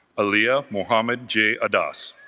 ah yeah muhammad jihad oz